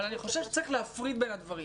אני חושב שצריך להפריד בין הדברים.